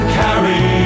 carry